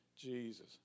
jesus